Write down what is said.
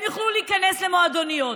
הם יוכלו להיכנס למועדוניות,